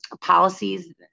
policies